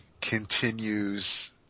continues